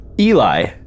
Eli